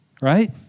Right